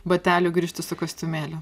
batelių grįžti su kostiumėliu